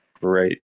Great